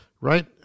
right